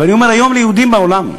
ואני אומר היום ליהודים בעולם: